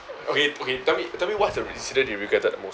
okay okay tell me tell me what's the incident you regretted the most